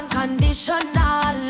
Unconditional